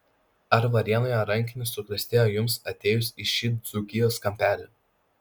ar varėnoje rankinis suklestėjo jums atėjus į šį dzūkijos kampelį